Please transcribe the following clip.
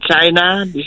China